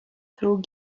through